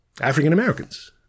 african-americans